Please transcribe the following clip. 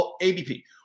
ABP